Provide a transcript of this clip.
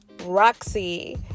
Roxy